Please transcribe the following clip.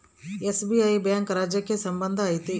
SBI bank ರಾಜ್ಯಕ್ಕೆ ಸಂಬಂಧ ಐತಿ